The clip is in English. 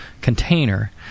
container